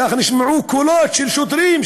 כך נשמעו קולות של שוטרים,